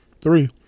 Three